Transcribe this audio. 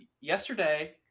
yesterday